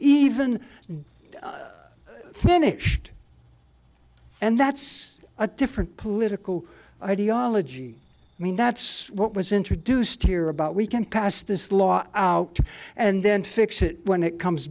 even finished and that's a different political ideology i mean that's what was introduced here about we can pass this law out and then fix it when it comes